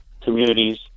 communities